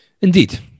Indeed